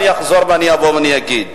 ואני אחזור ואני אבוא ואני אגיד.